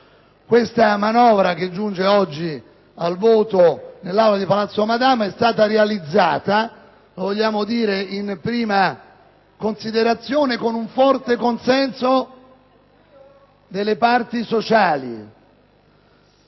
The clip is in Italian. questa manovra che giunge oggi al voto nell'Aula di Palazzo Madama è stata realizzata - lo vogliamo dire come prima considerazione - con un forte consenso delle parti sociali: